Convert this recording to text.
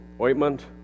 ointment